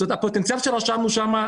הפוטנציאל שרשמנו שם,